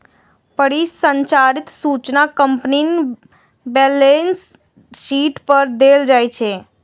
परिसंपत्तिक सूचना कंपनीक बैलेंस शीट पर देल जाइ छै